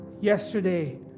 yesterday